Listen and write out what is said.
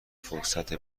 فرصت